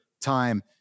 time